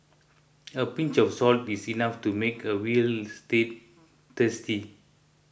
a pinch of salt is enough to make a Veal Stew tasty